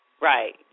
right